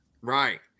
Right